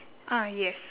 ah yes